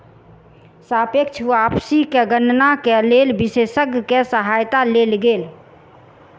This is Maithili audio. सापेक्ष वापसी के गणना के लेल विशेषज्ञ के सहायता लेल गेल